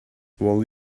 will